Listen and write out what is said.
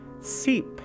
seep